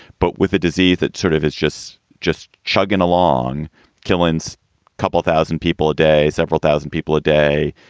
but with a disease that sort of it's just just chugging along killens couple thousand people a day, several thousand people a day,